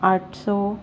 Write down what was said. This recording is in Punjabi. ਅੱਠ ਸੋ